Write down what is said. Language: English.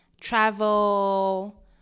Travel